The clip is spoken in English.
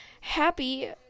happy